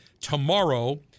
tomorrow